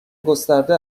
گسترده